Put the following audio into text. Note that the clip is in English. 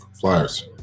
Flyers